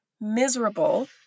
miserable